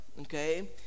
okay